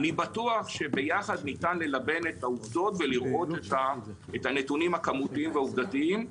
שביחד ניתן ללבן את העובדות ולראות את הנתונים הכמותיים והעובדתיים.